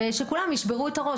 ושכולם ישברו את הראש.